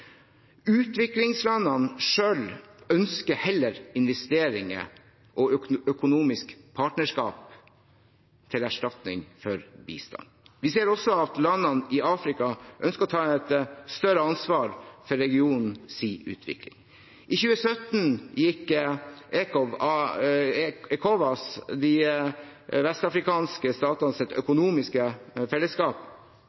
Utviklingslandene selv ønsker heller investeringer og økonomisk partnerskap til erstatning for bistand. Vi ser også at landene i Afrika ønsker å ta et større ansvar for regionens utvikling. I 2017 gikk